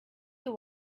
you